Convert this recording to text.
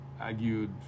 argued